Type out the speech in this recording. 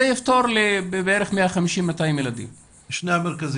זה יפתור לבערך 200-150 ילדים, שני המרכזים.